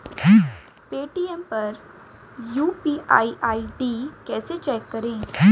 Paytm पर UPI ID कैसे check करें?